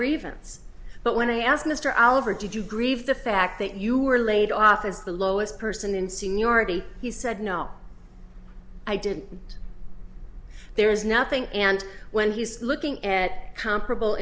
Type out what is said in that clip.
grievance but when i asked mr oliver did you grieve the fact that you were laid off as the lowest person in seniority he said no i did there is nothing and when he's looking at comparable